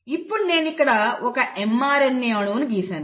ఇప్పుడు నేను ఇక్కడ ఒక mRNA అణువును గీసాను